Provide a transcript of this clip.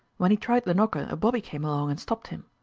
when he tried the knocker, a bobby came along and stopped him.